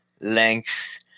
length